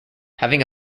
having